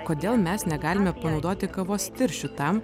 kodėl mes negalime panaudoti kavos tirščių tam